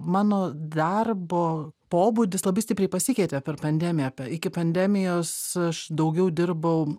mano darbo pobūdis labai stipriai pasikeitė per pandemiją apie iki pandemijos aš daugiau dirbau